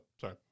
Sorry